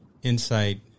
Insight